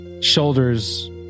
shoulders